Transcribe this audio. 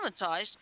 traumatized